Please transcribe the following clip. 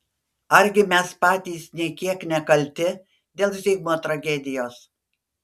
argi mes patys nė kiek nekalti dėl zigmo tragedijos